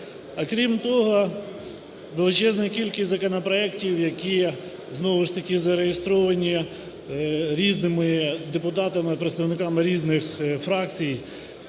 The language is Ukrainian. А крім того, величезна кількість законопроектів, які знову ж таки зареєстровані різними депутатами, представниками різних фракцій,